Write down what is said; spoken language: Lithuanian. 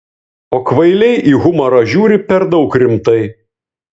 o kvailiai į humorą žiūri per daug rimtai